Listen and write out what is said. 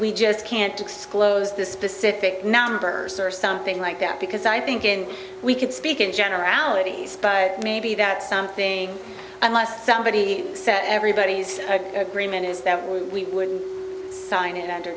we just can't do close the specific numbers or something like that because i think in we could speak in generalities but maybe that something unless somebody said everybody's agreement is that we would sign it under